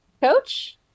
Coach